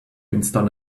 install